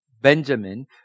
Benjamin